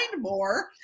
more